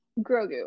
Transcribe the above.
Grogu